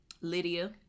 lydia